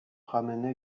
ramène